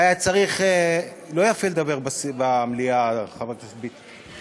והיה צריך, לא יפה לדבר במליאה, חבר הכנסת ביטן.